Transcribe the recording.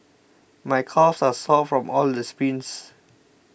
my calves are sore from all the sprints